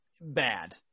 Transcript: bad